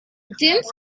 dense